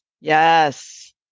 Yes